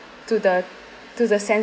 to the to the senses